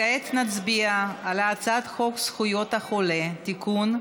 כעת נצביע על הצעת חוק זכויות החולה (תיקון,